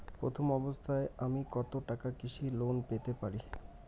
প্রথম অবস্থায় আমি কত টাকা কৃষি লোন পেতে পারি?